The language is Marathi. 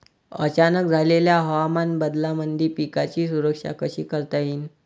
अचानक झालेल्या हवामान बदलामंदी पिकाची सुरक्षा कशी करता येईन?